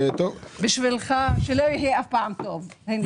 בשבילך שלא יהיה אף פעם טוב.